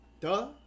Duh